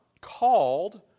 called